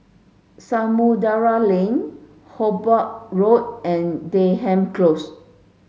Samudera Lane Hobart Road and Denham Close